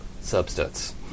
Substance